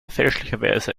fälschlicherweise